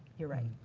you're right,